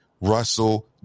Russell